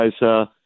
guys